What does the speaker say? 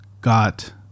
got